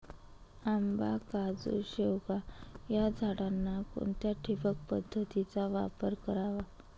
आंबा, काजू, शेवगा या झाडांना कोणत्या ठिबक पद्धतीचा वापर करावा?